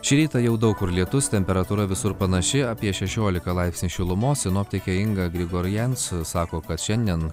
šį rytą jau daug kur lietus temperatūra visur panaši apie šešiolika laipsnių šilumos sinoptikė inga grigorian su sako kad šiandien